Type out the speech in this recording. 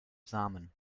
samen